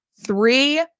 Three